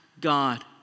God